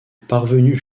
parvenus